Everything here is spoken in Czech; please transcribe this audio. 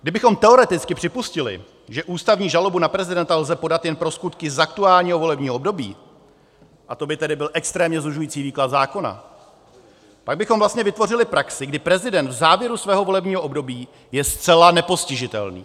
Kdybychom teoreticky připustili, že ústavní žalobu na prezidenta lze podat jen pro skutky z aktuálního volebního období, a to by tedy byl extrémně zužující výklad zákona, tak bychom vlastně vytvořili praxi, kdy prezident v závěru svého volebního období je zcela nepostižitelný.